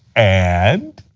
and?